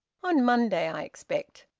on monday, i expect.